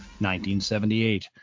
1978